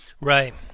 Right